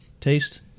Taste